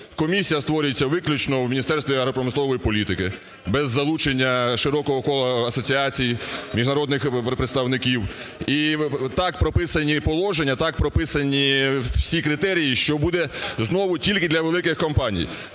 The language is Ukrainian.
Комісія створюється виключно у Міністерстві агропромислової політики, без залучення широкого кола асоціацій, міжнародних представників, і так прописані положення, так прописані всі критерії, що буде знову тільки для великих компаній.